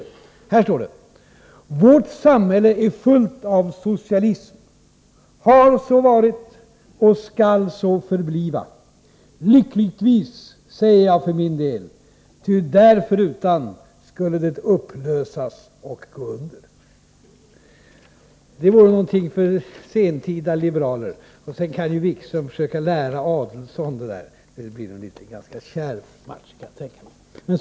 Så här står det: ”Vårt samhälle är fullt av ”socialism”, har så varit och skall så förblifva — lyckligtvis säger jag för min del, ty derförutan skulle det upplösas och gå under.” Det vore någonting för sentida liberaler. Sedan kan Wikström försöka lära Adelsohn det där. Det blir nog en ganska kärv match, kan jag tänka mig.